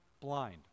blind